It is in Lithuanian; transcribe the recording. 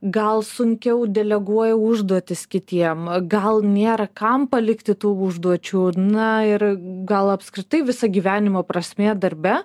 gal sunkiau deleguoja užduotis kitiem gal nėra kam palikti tų užduočių na ir gal apskritai visa gyvenimo prasmė darbe